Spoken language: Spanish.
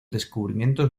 descubrimientos